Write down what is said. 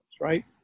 right